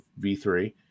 V3